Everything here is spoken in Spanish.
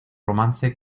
romance